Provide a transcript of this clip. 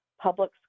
public